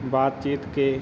बातचीत के